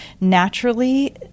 naturally